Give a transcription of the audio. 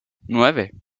nueve